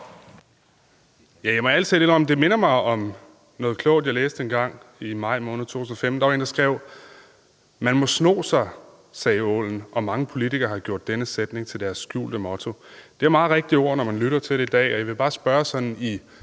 Jeg må ærlig talt indrømme, at det minder mig om noget klogt, jeg læste engang i maj måned 2015. Da var der en, der skrev: »»Man må sno sig«, sagde ålen, og mange politikere har gjort denne sætning til deres skjulte motto«. Det er meget rigtige ord, når man lytter til det her i dag, og jeg vil bare spørge sådan i